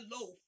loaf